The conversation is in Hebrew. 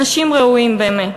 אנשים ראויים, באמת.